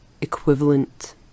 equivalent